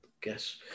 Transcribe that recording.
guess